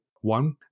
one